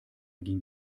ging